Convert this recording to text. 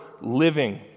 living